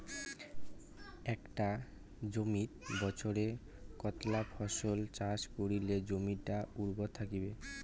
একটা জমিত বছরে কতলা ফসল চাষ করিলে জমিটা উর্বর থাকিবে?